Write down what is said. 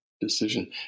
decision